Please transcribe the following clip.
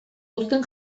uzten